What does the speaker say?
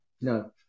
No